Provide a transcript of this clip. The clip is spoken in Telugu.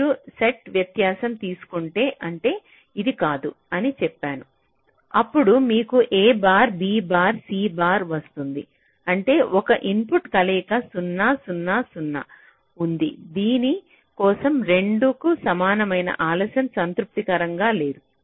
మీరు సెట్ వ్యత్యాసం తీసుకుంటే అంటే ఇది కాదు అని చెప్పాను అప్పుడు మీకు a bar b bar c bar వస్తుంది అంటే ఒక ఇన్పుట్ కలయిక 0 0 0 ఉంది దీని కోసం 2 కు సమానమైన ఆలస్యం సంతృప్తికరంగా లేదు